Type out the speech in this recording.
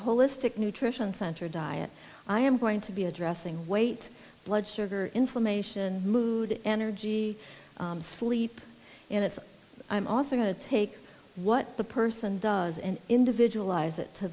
holistic nutrition center diet i am going to be addressing weight blood sugar inflammation mood energy sleep and it's i'm also going to take what the person does and individual lives it to